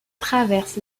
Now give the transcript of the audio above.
traverse